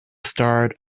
start